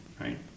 right